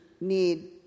need